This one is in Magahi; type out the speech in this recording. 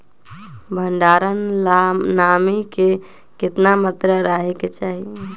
भंडारण ला नामी के केतना मात्रा राहेके चाही?